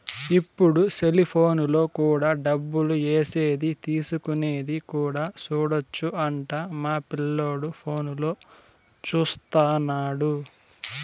ఇప్పుడు సెలిపోనులో కూడా డబ్బులు ఏసేది తీసుకునేది కూడా సూడొచ్చు అంట మా పిల్లోడు ఫోనులో చూత్తన్నాడు